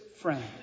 friend